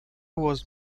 was